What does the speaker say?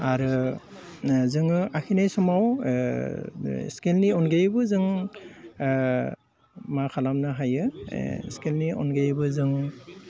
आरो जोङो आखिनाय समाव स्केलनि अनगायैबो जों मा खालामनो हायो स्केलनि अनगायैबो जों